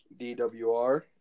DWR